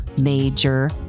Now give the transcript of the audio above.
major